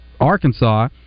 Arkansas